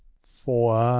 for